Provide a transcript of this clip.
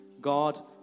God